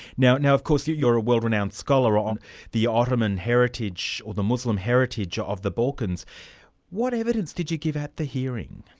now now of course you're a world-renowned scholar on the ottoman heritage or the muslim heritage ah of the balkans what evidence did you give at the hearing?